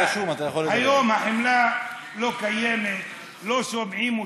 היום החמלה לא קיימת, לא שומעים אותה.